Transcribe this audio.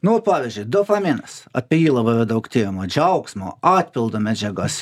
nu va pavyzdžiui dopaminas apie jį labai yra daug tiriama džiaugsmo atpildo medžiagos